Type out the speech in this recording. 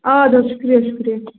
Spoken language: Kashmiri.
اَدٕ حظ شُکریہ شُکریہ